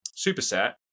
superset